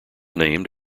named